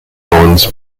owens